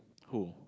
who